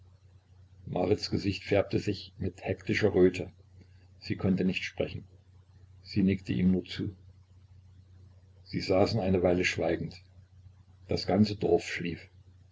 marits gesicht färbte sich mit hektischer röte sie konnte nicht sprechen sie nickte ihm nur zu sie saßen eine weile schweigend das ganze dorf schlief